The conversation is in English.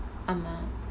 (uh huh)